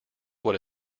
what